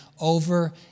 over